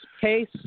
Case